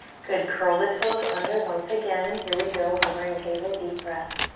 good, curl the toes under once again. here we go, hovering table, deep breath.